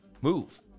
move